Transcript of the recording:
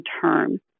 term